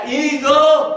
eagle